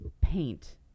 paint